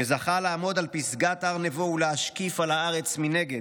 שזכה לעמוד על פסגת הר נבו ולהשקיף על הארץ מנגד,